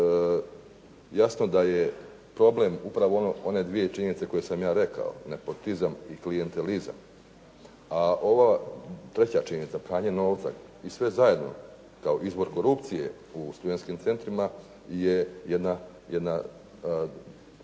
jasno da je problem upravo one dvije činjenice koje sam ja rekao nepotizam i klijentalizam, a ova treća činjenica pranje novca i sve zajedno kao izbor korupcije u studentskim centrima je jedna